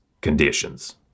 conditions